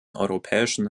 europäischen